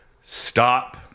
stop